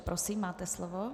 Prosím, máte slovo.